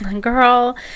Girl